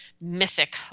mythic